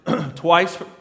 twice